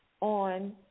on